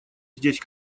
здесь